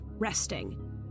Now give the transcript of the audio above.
resting